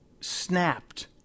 snapped